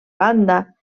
banda